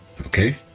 Okay